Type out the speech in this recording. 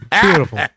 Beautiful